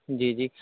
جی جی